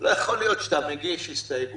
לא יכול להיות שאתה מגיש הסתייגויות,